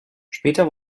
später